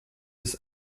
bis